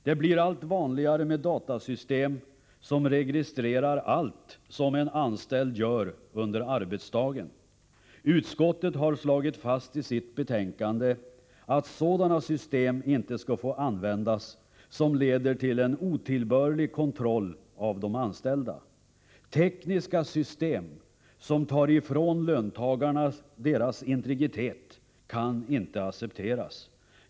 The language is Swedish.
Det blir allt vanligare med datasystem som registrerar allt som en anställd gör under arbetsdagen. Utskottet har slagit fast i sitt betänkande att sådana system inte skall få användas som leder till en otillbörlig kontroll av de anställda. Tekniska system som tar ifrån löntagarna deras integritet kan inte accepteras.